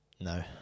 No